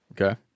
Okay